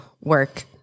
work